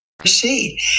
See